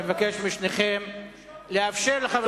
אני מבקש משניכם לאפשר לחבר הכנסת עפו אגבאריה,